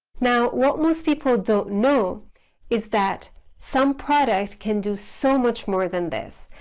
now what most people don't know is that sumproduct can do so much more than this.